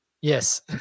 Yes